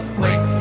wait